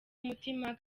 umutima